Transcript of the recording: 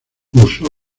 usó